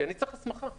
כי אני צריך הסמכה.